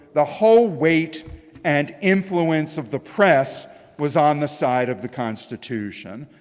the whole weight and influence of the press was on the side of the constitution.